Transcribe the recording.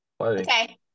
Okay